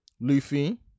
Luffy